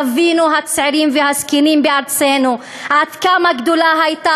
יבינו הצעירים והזקנים בארצנו עד כמה גדולה הייתה